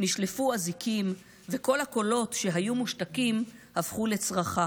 נשלפו אזיקים / וכל הקולות שהיו מושתקים / הפכו לצרחה